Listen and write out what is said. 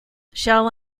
shall